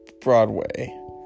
Broadway